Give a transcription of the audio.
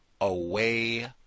away